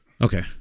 Okay